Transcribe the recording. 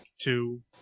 two